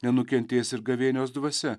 nenukentės ir gavėnios dvasia